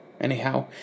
anyhow